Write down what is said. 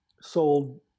sold